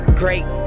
great